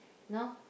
know